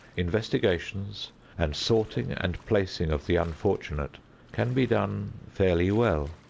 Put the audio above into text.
investigations and sorting and placing of the unfortunate can be done fairly well.